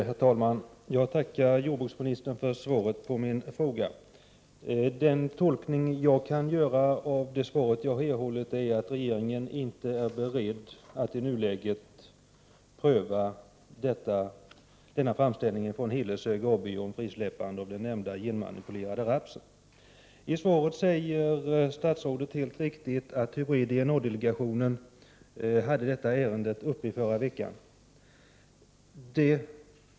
Herr talman! Jag tackar jordbruksministern för svaret på min fråga. Den tolkning jag kan göra av det svar som jag erhållit är att regeringen inte är beredd att i nuläget pröva framställningen från Hilleshög AB om frisläppande av den nämnda genmanipulerade rapsen. I svaret säger statsrådet helt riktigt att hybrid-DNA-delegationen hade detta ärende uppe i förra veckan.